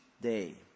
day